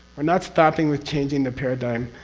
we're not stopping with changing the paradigm,